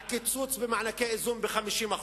על קיצוץ במענקי איזון ב-50%.